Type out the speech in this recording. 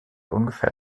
ungefähr